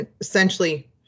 essentially